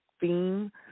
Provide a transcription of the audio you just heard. theme